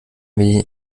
wenig